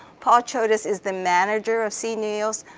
paul chodas is the manager of cneos.